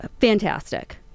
Fantastic